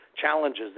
challenges